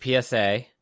psa